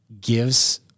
gives